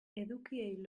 edukiei